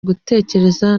gutekereza